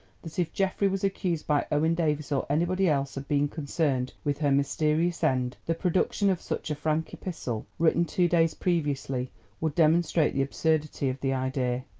that if geoffrey was accused by owen davies or anybody else of being concerned with her mysterious end, the production of such a frank epistle written two days previously would demonstrate the absurdity of the idea.